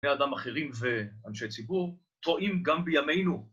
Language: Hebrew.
‫בני אדם אחרים ואנשי ציבור, ‫טועים גם בימינו.